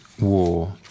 war